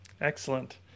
Excellent